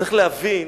צריך להבין,